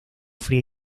fría